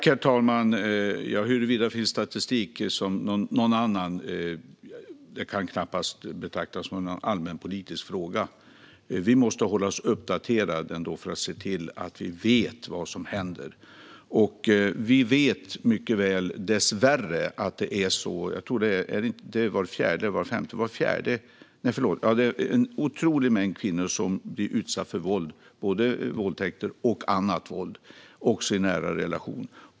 Herr talman! Huruvida det finns någon annan statistik kan knappast betraktas som en allmänpolitisk fråga. Men vi måste ändå hålla oss uppdaterade så att vi vet vad som händer. Vi vet dessvärre mycket väl att det är en otrolig mängd kvinnor - är det var fjärde eller var femte? - som blir utsatta för våld, både våldtäkter och annat våld, också i nära relation.